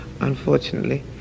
unfortunately